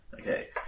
Okay